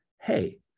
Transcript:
hey